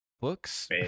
Books